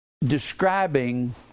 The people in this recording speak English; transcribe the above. describing